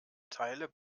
teile